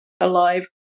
alive